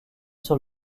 sur